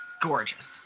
Gorgeous